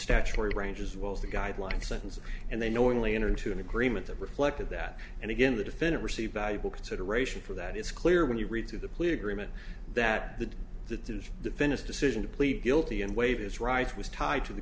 statutory range as well as the guidelines that and they knowingly enter into an agreement that reflected that and again the defendant received valuable consideration for that it's clear when you read through the plea agreement that the that is the finish decision to plead guilty and waive his right was tied to the